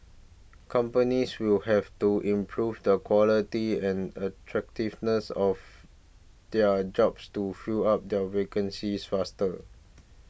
companies will have to improve the quality and attractiveness of their jobs to fill up their vacancies faster